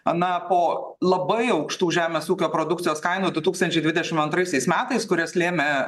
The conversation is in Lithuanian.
a na po labai aukštų žemės ūkio produkcijos kainų du tūkstančiai dvidešimt antraisiais metais kurias lėmė